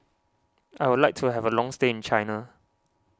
I would like to have a long stay in China